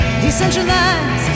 decentralized